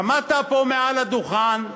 עמדת פה מעל הדוכן,